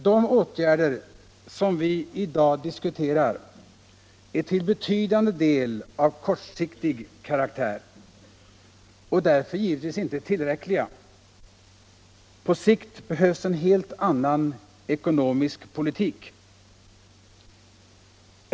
De åtgärder som vi i dag diskuterar är till betydande del av kortsiktig karaktär och därför givetvis inte tillräckliga. På sikt behövs en helt annan ekonomisk politik.